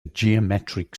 geometric